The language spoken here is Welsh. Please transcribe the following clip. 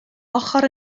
ochr